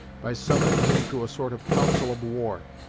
by summoning him to a sort of council of war,